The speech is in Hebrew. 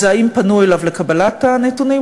האם פנו אליו לקבלת הנתונים.